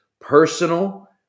personal